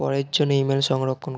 পরের জন্য ইমেল সংরক্ষণ